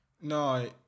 No